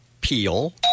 Peel